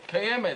קיימת,